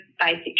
basic